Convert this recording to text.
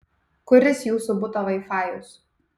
kuris jūsų buto vaifajus